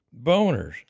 Boners